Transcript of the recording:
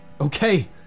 Okay